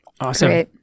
awesome